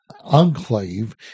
enclave